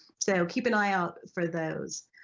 so keep an eye out for those.